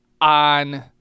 on